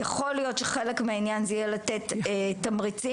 יכול להיות שחלק מהעניין יהיה לתת תמריצים.